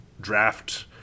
draft